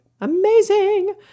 amazing